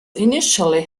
initially